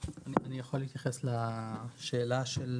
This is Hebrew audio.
אם אני יכול להתייחס לשאלה של